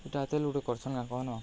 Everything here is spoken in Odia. ଏଟା ଏତେ ଲୁଟ୍ କରୁଛନା କ'ଣ